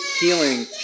healing